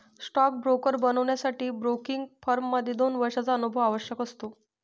stock broker बनण्यासाठी broking firm मध्ये दोन वर्षांचा अनुभव आवश्यक असतो